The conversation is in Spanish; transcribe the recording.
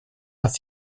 las